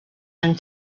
and